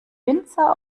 winzer